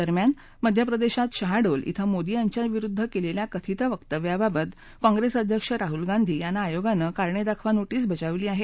दरम्यान मध्य प्रदेशात शहडोल इथं मोदी यांच्याविरूद्व केलेल्या कथित व्यक्तव्याबाबत काँगेस अध्यक्ष राहुल गांधी यांना आयोगानं कारणे दाखवा नोटीस बजावली आहे